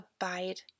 abide